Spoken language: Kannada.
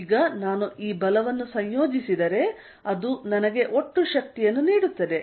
ಈಗ ನಾನು ಈ ಬಲವನ್ನು ಸಂಯೋಜಿಸಿದರೆ ಅದು ನನಗೆ ಒಟ್ಟು ಶಕ್ತಿಯನ್ನು ನೀಡುತ್ತದೆ